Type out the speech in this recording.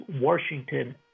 Washington